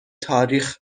تاریخ